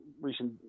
recent